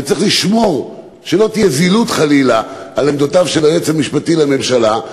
וצריך לשמור שלא תהיה זילות חלילה של עמדותיו של היועץ המשפטי לממשלה.